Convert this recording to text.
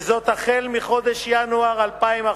וזאת החל מחודש ינואר 2011,